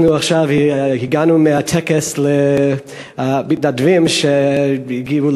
אנחנו הגענו עכשיו מהטקס למתנדבים שקיבלו